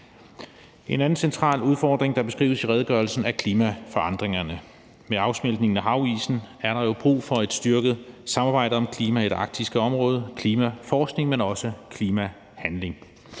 En anden central udfordring, der beskrives i redegørelsen, er klimaforandringerne. Med afsmeltningen af havisen er der jo brug for et styrket samarbejde om klima i det arktiske område – klimaforskning, men også klimahandling.